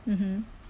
mmhmm